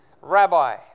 Rabbi